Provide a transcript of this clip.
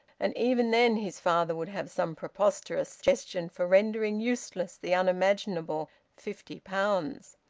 and even then his father would have some preposterous suggestion for rendering useless the unimaginable fifty pounds!